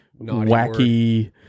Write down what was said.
wacky